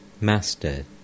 Master